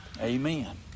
Amen